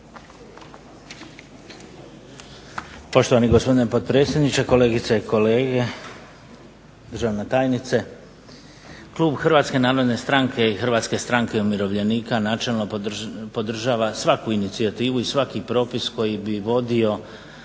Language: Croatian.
Poštovani gospodine potpredsjedniče, kolegice i kolege, državna tajnice. Klub Hrvatske narodne stranke i Hrvatske stranke umirovljenika načelno podržava svaku inicijativu i svaki propis koji bi vodio